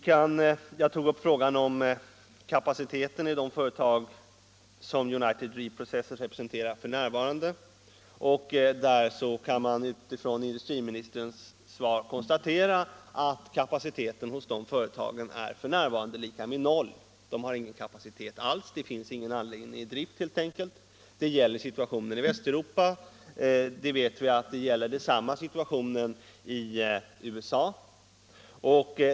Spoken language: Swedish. Jag tog också upp frågan om den aktuella kapaciteten i de företag som United Reprocessors representerar. Av industriministerns svar kan man i det fallet sluta sig till att kapaciteten f. n. är lika med noll. De har ingen kapacitet alls. Det finns helt enkelt ingen anläggning i drift. Det gäller situationen i Västeuropa, och vi vet att detsamma gäller situationen i USA.